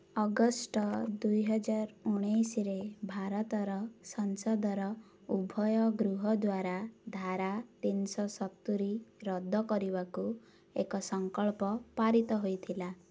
August ଦୁଇହଜାର ଉଣେଇଶିରେ ଭାରତର ସଂସଦର ଉଭୟ ଗୃହ ଦ୍ୱାରା ଧାରା ତିନିଶହ ସତୁରି ରଦ୍ଦ କରିବାକୁ ଏକ ସଂକଳ୍ପ ପାରିତ ହୋଇଥିଲା